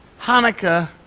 Hanukkah